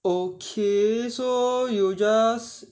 okay so you just